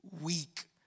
weak